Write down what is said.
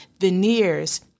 veneers